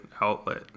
outlet